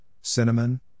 cinnamon